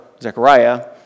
Zechariah